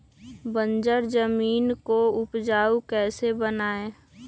बंजर जमीन को उपजाऊ कैसे बनाय?